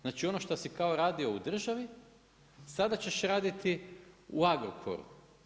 Znači ono šta si kao radio u državi sada ćeš raditi u Agrokoru.